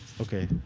Okay